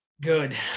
Good